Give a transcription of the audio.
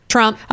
Trump